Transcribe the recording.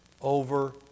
over